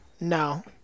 No